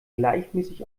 gleichmäßig